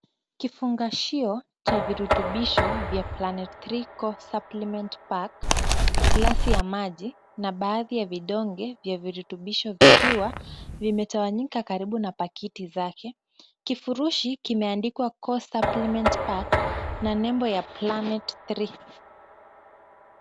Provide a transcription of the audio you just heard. Kifungashio cha virutubisho vya Planet 3 Core Supplement pack ,glasi ya maji na baadhi ya vidonge vya virutubisho vikiwa vimetawanyika karibu na pakiti zake. Kifurushi kimeandikwa core Suplement pack na nembo ya Planet 3.